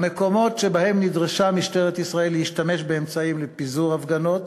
במקומות שבהם נדרשה משטרת ישראל להשתמש באמצעים לפיזור הפגנות,